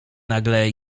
nagle